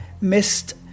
missed